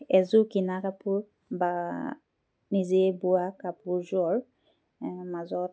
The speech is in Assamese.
এযোৰ কিনা কাপোৰ বা বা নিজেই বোৱা কাপোৰযোৰৰ মাজত